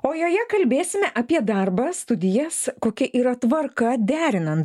o joje kalbėsime apie darbą studijas kokia yra tvarka derinant